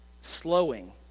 slowing